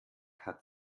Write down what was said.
hat